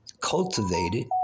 cultivated